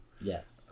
Yes